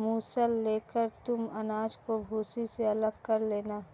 मूसल लेकर तुम अनाज को भूसी से अलग कर लेना